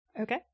okay